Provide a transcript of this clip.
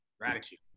gratitude